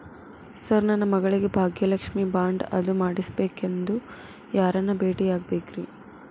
Sir ನನ್ನ ಮಗಳಿಗೆ Bhagyalakshmi bond ಅದು ಮಾಡಿಸಬೇಕೆಂದು ಯಾರನ್ನ ಭೇಟಿಯಾಗಬೇಕ್ರಿ?